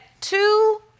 two